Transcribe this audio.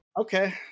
Okay